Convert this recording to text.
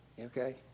Okay